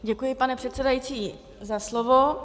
Děkuji, pane předsedající, za slovo.